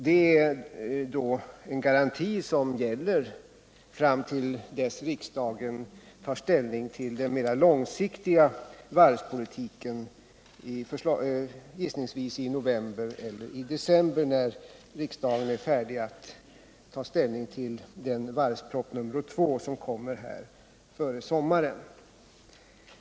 Det är en garanti som gäller fram till dess riksdagen tar ställning till den mera långsiktiga varvspolitiken, gissningsvis i november eller december, när riksdagen är färdig att besluta om den varvsproposition nr 2 som kommer att läggas fram före sommaren.